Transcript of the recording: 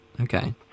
Okay